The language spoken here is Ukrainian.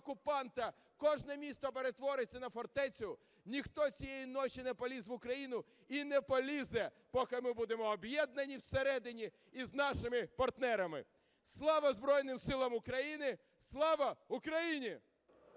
кожне місто перетвориться на фортецю, ніхто цієї ночі не поліз в Україну, і не полізе, поки ми будемо об'єднані всередині і з нашими партнерами. Слава Збройним Силам України! Слава Україні!